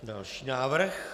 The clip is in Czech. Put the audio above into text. Další návrh.